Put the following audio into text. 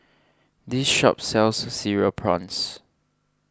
this shop sells Cereal Prawns